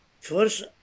First